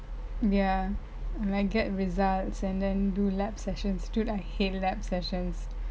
ya like get results and then do lab session dude I hate lab sessions